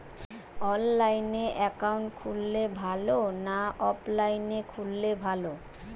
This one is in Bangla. অনলাইনে একাউন্ট খুললে ভালো না অফলাইনে খুললে ভালো?